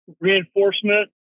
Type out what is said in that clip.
reinforcement